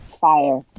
fire